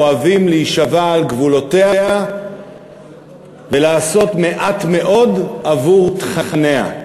אוהבים להישבע על גבולותיה ולעשות מעט מאוד עבור תכניה,